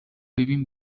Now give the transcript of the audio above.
ببین